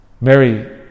Mary